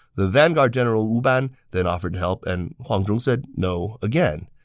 the vanguard general wu ban then offered to help, and huang zhong said no again.